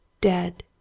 Dead